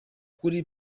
kuri